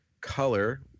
Color